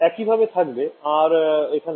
একইভাবে থাকবে আর এখানে